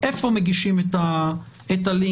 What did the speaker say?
איפה מגישים את הלינק.